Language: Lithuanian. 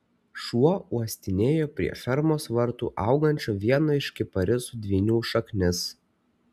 šuo uostinėjo prie fermos vartų augančio vieno iš kiparisų dvynių šaknis